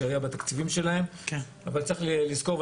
צריך לזכור,